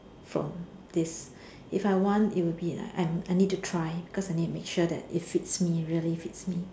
from this if I want it will be like I need to try cause I need to make sure that it fits me really fits me